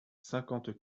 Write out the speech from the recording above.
cinquante